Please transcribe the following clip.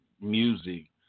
music